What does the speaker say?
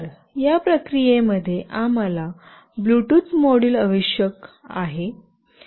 तर या प्रक्रिये मध्ये आम्हाला ब्लूटूथ मॉड्यूल आवश्यक आहे